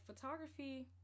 photography